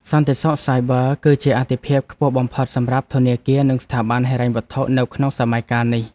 សន្តិសុខសាយប័រ គឺជាអាទិភាពខ្ពស់បំផុតសម្រាប់ធនាគារនិងស្ថាប័នហិរញ្ញវត្ថុនៅក្នុងសម័យកាលនេះ។